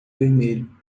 vermelho